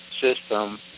system